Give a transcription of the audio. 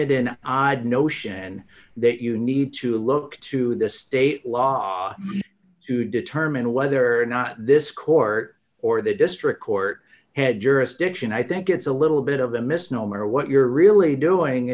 it an odd notion that you need to look to the state law to determine whether or not this court or the district court had jurisdiction i think it's a little bit of a misnomer what you're really doing